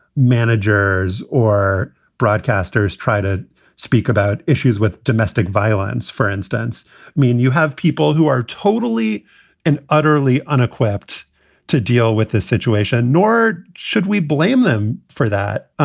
managers or broadcasters try to speak about issues with domestic violence, for instance. i mean, you have people who are totally and utterly unequipped to deal with this situation, nor should we blame them for that.